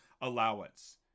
allowance